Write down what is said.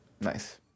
nice